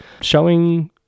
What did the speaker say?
showing